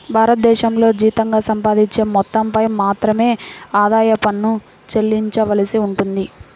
భారతదేశంలో జీతంగా సంపాదించే మొత్తంపై మాత్రమే ఆదాయ పన్ను చెల్లించవలసి ఉంటుంది